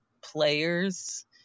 players